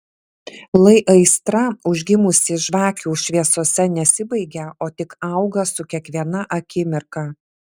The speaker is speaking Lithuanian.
lai aistra užgimusi žvakių šviesose nesibaigia o tik auga su kiekviena akimirka